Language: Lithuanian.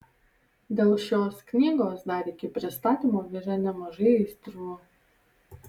dėl šios knygos dar iki pristatymo virė nemažai aistrų